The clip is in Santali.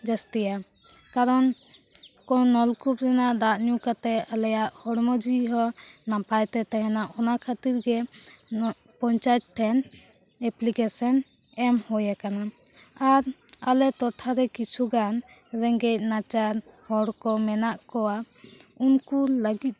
ᱡᱟᱹᱥᱛᱤᱭᱟ ᱠᱟᱨᱚᱱ ᱠᱚᱱᱚ ᱱᱚᱞᱠᱩᱯ ᱨᱮᱱᱟᱜ ᱫᱟᱜ ᱧᱩ ᱠᱟᱛᱮᱫ ᱟᱞᱮᱭᱟᱜ ᱦᱚᱲᱢᱚ ᱡᱤᱣᱤ ᱦᱚᱸ ᱱᱟᱯᱟᱭ ᱛᱮ ᱛᱟᱦᱮᱱᱟ ᱚᱱᱟ ᱠᱷᱟᱹᱛᱤᱨ ᱜᱮ ᱯᱚᱧᱪᱟᱭᱮᱛ ᱴᱷᱮᱱ ᱮᱯᱞᱤᱠᱮᱥᱮᱱ ᱮᱢ ᱦᱩᱭᱟᱠᱟᱱᱟ ᱟᱨ ᱟᱞᱮ ᱴᱚᱴᱷᱟᱨᱮ ᱠᱤᱪᱷᱩ ᱜᱟᱱ ᱨᱮᱸᱜᱮᱡ ᱱᱟᱪᱟᱨ ᱦᱚᱲ ᱠᱚ ᱢᱮᱱᱟᱜ ᱠᱚᱣᱟ ᱩᱱᱠᱩ ᱞᱟ ᱜᱤᱫ